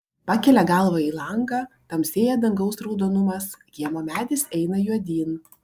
pakelia galvą į langą tamsėja dangaus raudonumas kiemo medis eina juodyn